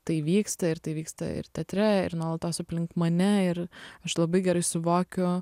tai vyksta ir tai vyksta ir teatre ir nuolatos aplink mane ir aš labai gerai suvokiu